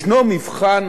ישנו מבחן